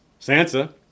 Sansa